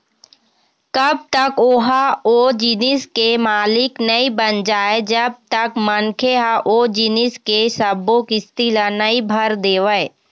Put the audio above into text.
कब तक ओहा ओ जिनिस के मालिक नइ बन जाय जब तक मनखे ह ओ जिनिस के सब्बो किस्ती ल नइ भर देवय